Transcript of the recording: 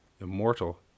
immortal